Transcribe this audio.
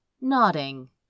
nodding